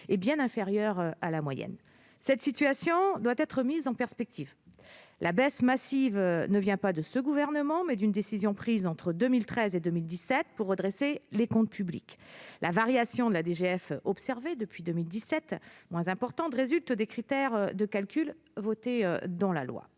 est bien inférieure à la moyenne. Cette situation doit être mise en perspective. Ainsi, la baisse massive vient non pas de ce gouvernement, mais d'une décision appliquée entre 2013 et 2017 pour redresser les comptes publics. Les variations de DGF observées depuis 2017, moins importantes, résultent, elles, des critères de calcul votés dans la loi.